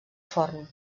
forn